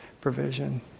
provision